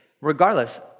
regardless